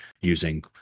using